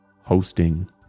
hosting